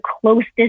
closest